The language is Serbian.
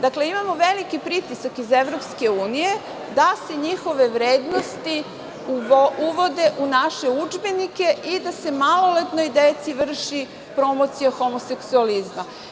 Dakle, imamo veliki pritisak iz EU da se njihove vrednosti uvode u naše udžbenike i da se maloletnoj deci vrši promocija homoseksualizma.